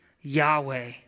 Yahweh